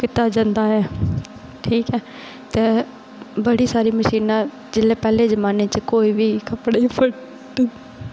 कीता जंदा ऐ बड़ी सारी मशीनां जेल्लै पैह्ले जमानै कोई बी कपड़े फट्टदे हे